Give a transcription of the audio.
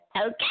Okay